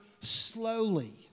slowly